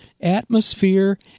atmosphere